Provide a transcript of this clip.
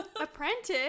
apprentice